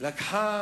לקחה